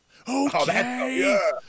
Okay